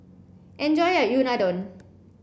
enjoy your Unadon